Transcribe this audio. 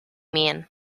mean